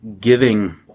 giving